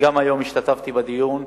השתתפתי היום בדיון,